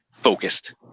focused